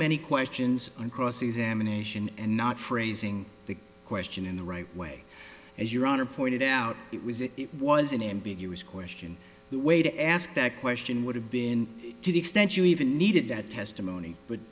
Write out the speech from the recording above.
many questions on cross examination and not phrasing the question in the right way as your honor pointed out it was it was an ambiguous question the way to ask that question would have been to the extent you even needed that testimony but